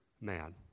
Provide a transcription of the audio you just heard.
man